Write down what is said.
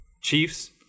Chiefs